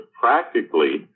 practically